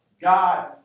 God